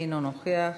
אינו נוכח,